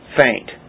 faint